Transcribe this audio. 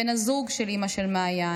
הוא בן הזוג של אימא של מעיין.